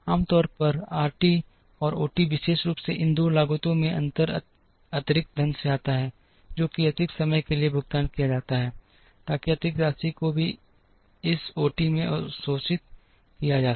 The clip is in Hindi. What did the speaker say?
आम तौर पर आरटी और ओटी विशेष रूप से इन 2 लागतों में अंतर अतिरिक्त धन से आता है जो कि अतिरिक्त समय के लिए भुगतान किया जाता है ताकि अतिरिक्त राशि को भी इस ओ टी में अवशोषित किया जा सके